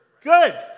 Good